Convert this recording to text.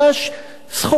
סחורה משומשת.